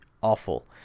awful